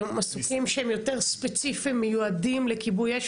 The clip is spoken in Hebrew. מסוקים שהם יותר ספציפיים מיועדים לכיבוי אש,